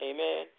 Amen